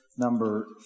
number